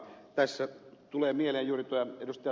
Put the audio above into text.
tässä tulee mieleen juuri tämä ed